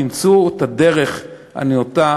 וימצאו את הדרך הנאותה